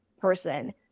person